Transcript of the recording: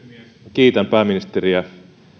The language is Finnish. kiitän pääministeriä